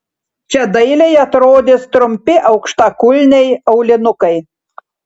čia dailiai atrodys trumpi aukštakulniai aulinukai